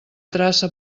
traça